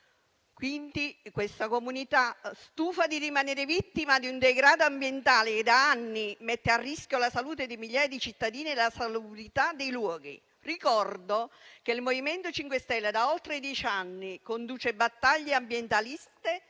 abitanti. Questa comunità è stufa di rimanere vittima di un degrado ambientale che da anni mette a rischio la salute di migliaia di cittadini e la salubrità dei luoghi. Ricordo che il MoVimento 5 Stelle da oltre dieci anni conduce battaglie ambientaliste